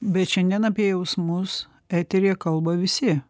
bet šiandien apie jausmus eteryje kalba visi